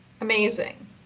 Amazing